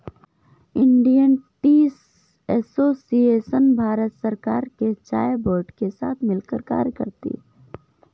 Indian tea association Bharat सरकार के चाय बोर्ड के साथ मिलकर कार्य करती है